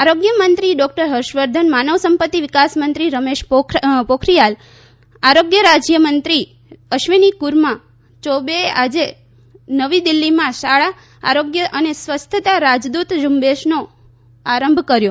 આરોગ્યમંત્રી ડોકટર હર્ષવર્ધન માનવસંપત્તિ વિકાસમંત્રી રમેશ પોખરિયાલ આરોગ્યરાજયમંત્રી અશ્વીનીકુરમા ચૌબેએ આજે નવી દીલ્ફીમાં શાળા આરોગ્ય અને સ્વસ્થતા રાજદ્દત ઝુંબેશનો આરંભ કર્યો